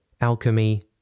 Alchemy